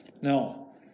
No